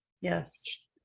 Yes